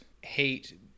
hate